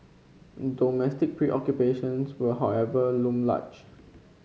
domestic preoccupations will however loom large